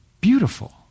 Beautiful